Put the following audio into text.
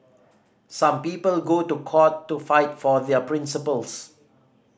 some people go to court to fight for their principles